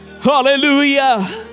Hallelujah